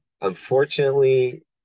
unfortunately